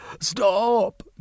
Stop